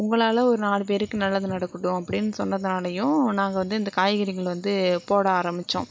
உங்களால் ஒரு நாலு பேருக்கு நல்லது நடக்கட்டும் அப்டின்னு சொன்னதுனாலேயும் நாங்கள் வந்து இந்த காய்கறிகள் வந்து போட ஆரம்மிச்சோம்